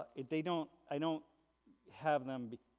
if they don't, i don't have them,